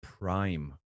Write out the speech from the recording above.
prime